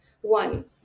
one